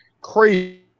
crazy